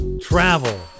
travel